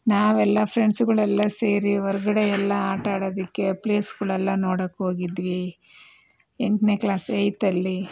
ನಾವೆಲ್ಲ ಫ್ರೆಂಡ್ಸುಗಳೆಲ್ಲ ಸೇರಿ ಹೊರಗಡೆ ಎಲ್ಲ ಆಟ ಆಡೋದಿಕ್ಕೆ ಪ್ಲೇಸ್ಗಳೆಲ್ಲ ನೋಡೋಕ್ಕೆ ಹೋಗಿದ್ವಿ ಎಂಟನೇ ಕ್ಲಾಸ್ ಏತಲ್ಲಿ